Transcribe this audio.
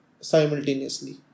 simultaneously